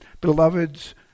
beloveds